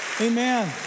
Amen